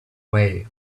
way